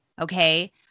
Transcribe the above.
okay